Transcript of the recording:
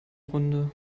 runde